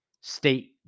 state